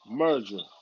merger